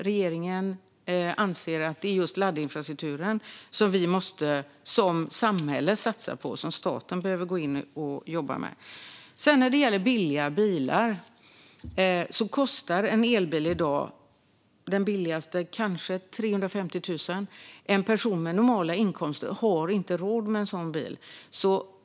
Regeringen anser att just laddinfrastrukturen är vad vi som samhälle måste satsa på. Där måste staten gå in och jobba. Den billigaste elbilen kostar i dag kanske 350 000. En person med normala inkomster har inte råd med en sådan bil.